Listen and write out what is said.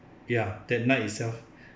ya that night itself